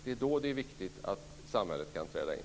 Det är för dem som det är viktigt att samhället kan träda in.